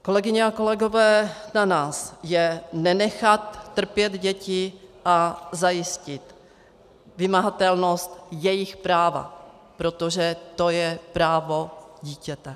Kolegyně a kolegové, na nás je nenechat trpět děti a zajistit vymahatelnost jejich práva, protože to je právo dítěte.